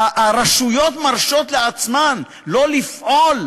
הרשויות מרשות לעצמן לא לפעול,